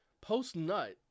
post-nut